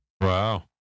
Wow